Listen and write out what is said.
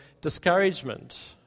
discouragement